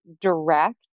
direct